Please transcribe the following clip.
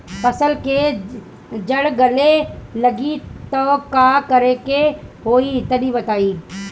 फसल के जड़ गले लागि त का करेके होई तनि बताई?